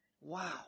Wow